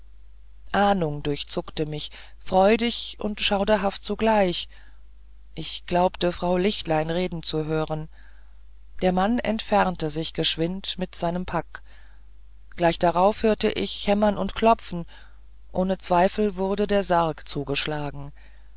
ahnung durchzuckte mich freudig und schauderhaft zugleich ich glaubte frau lichtlein reden zu hören der mann entfernte sich geschwind mit seinem pack gleich darauf hörte ich hämmern und klopfen ohne zweifel wurde der sarg zugeschlagen